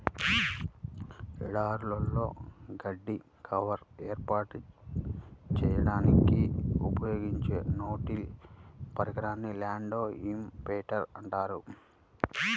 ఎడారులలో గడ్డి కవర్ను ఏర్పాటు చేయడానికి ఉపయోగించే నో టిల్ పరికరాన్నే ల్యాండ్ ఇంప్రింటర్ అంటారు